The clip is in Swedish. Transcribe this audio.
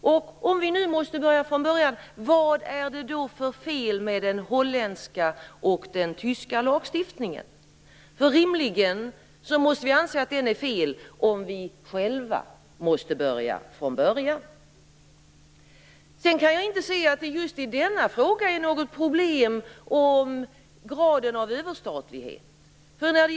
Om vi nu måste börja från början, vad är det då för fel på den tyska och den holländska lagstiftningen? Vi måste rimligen anse att den är fel, om vi själva måste börja från början. Jag kan vidare inte se att det i just denna fråga är något problem med graden av överstatlighet.